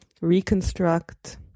Reconstruct